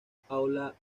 paula